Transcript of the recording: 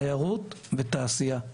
תיירות, תעשייה".